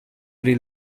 pri